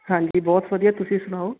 ਹਾਂਜੀ ਬਹੁਤ ਵਧੀਆ ਤੁਸੀਂ ਸੁਣਾਓ